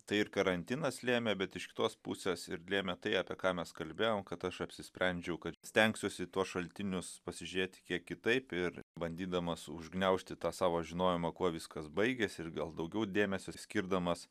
tai ir karantinas lėmė bet iš kitos pusės ir lėmė tai apie ką mes kalbėjom kad aš apsisprendžiau kad stengsiuosi tuos šaltinius pasižiūrėti kiek kitaip ir bandydamas užgniaužti tą savo žinojimą kuo viskas baigėsi ir gal daugiau dėmesio skirdamas